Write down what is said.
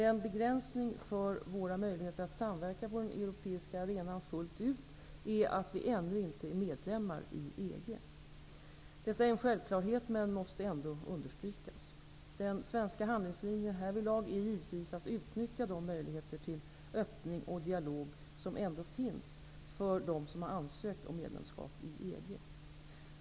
En begränsning för våra möjligheter att samverka på den europeiska arenan fullt ut är att vi ännu inte är medlemmar i EG. Detta är en självklarhet men måste ändå understrykas. Den svenska handlingslinjen härvidlag är givetvis att utnyttja de möjligheter till öppning och dialog som ändå finns för dem som ansökt om medlemskap i EG.